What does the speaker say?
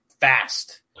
fast